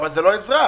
אבל זו לא עזרה.